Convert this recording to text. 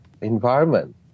environment